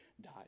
died